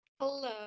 Hello